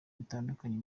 bitandukanye